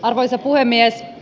arvoisa puhemies